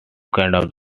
kinds